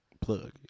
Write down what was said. plug